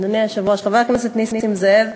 אדוני היושב-ראש, חבר הכנסת נסים זאב,